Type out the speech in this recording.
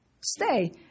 stay